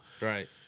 Right